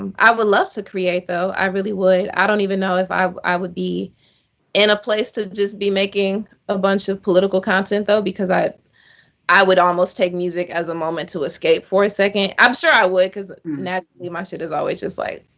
um i would love to create, though. i really would. i don't even know if i i would be in a place to just be making a bunch of political content, though. because i i would almost take music as a moment to escape for a second. i'm sure i would. because naturally my shit is always just like